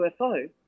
UFO